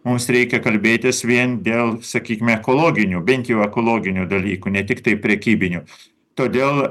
mums reikia kalbėtis vien dėl sakykim ekologinių bent jau ekologinių dalykų ne tiktai prekybinių todėl